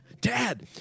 Dad